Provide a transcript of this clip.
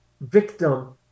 victim